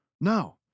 No